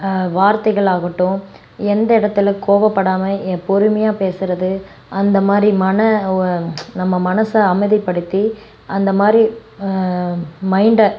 வார்தைகளாகட்டும் எந்த இடத்துல கோவப்படாமல் பொறுமையாக பேசுவது அந்த மாதிரி மன நம்ம மனதை அமைதிப்படுத்தி அந்த மாதிரி மெயிண்டை